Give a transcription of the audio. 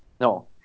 No